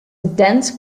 dense